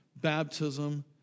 Baptism